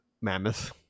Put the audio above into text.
mammoth